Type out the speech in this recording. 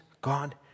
God